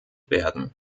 werden